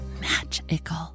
magical